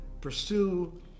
pursue